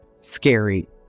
scary